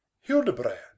Hildebrand